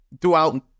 throughout